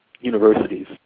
universities